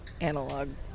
analog